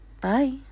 Bye